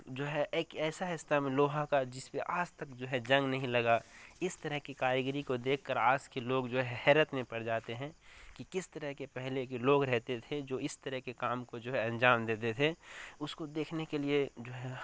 جو ہے ایک ایسا استمبھ لوہا کا جس پہ آج تک جو ہے جنگ نہیں لگا اس طرح کی کاریگری کو دیکھ کر آج کے لوگ جو ہے حیرت میں پڑ جاتے ہیں کہ کس طرح کے پہلے کے لوگ رہتے تھے جو اس طرح کے کام کو جو ہے انجام دیتے تھے اس کو دیکھنے کے لیے جو ہے